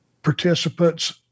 participants